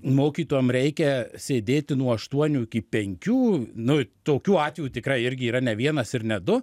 mokytojam reikia sėdėti nuo aštuonių iki penkių nu tokių atvejų tikrai irgi yra ne vienas ir ne du